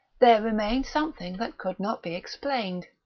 there remained something that could not be explained.